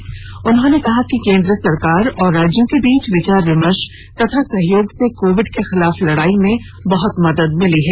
प्रधानमंत्री ने कहा कि केंद्र सरकार और राज्यों के बीच विचार विमर्श तथा सहयोग से कोविड के खिलाफ लड़ाई में बहुत मदद मिली है